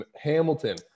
Hamilton